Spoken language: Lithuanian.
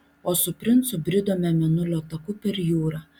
o su princu bridome mėnulio taku per jūrą